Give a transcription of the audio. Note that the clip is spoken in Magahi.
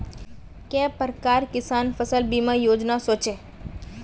के प्रकार किसान फसल बीमा योजना सोचें?